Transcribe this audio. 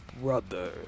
brother